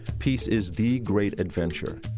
peace is the great adventure.